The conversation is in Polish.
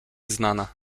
znana